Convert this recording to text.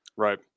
Right